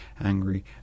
angry